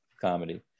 comedy